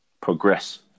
progress